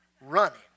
running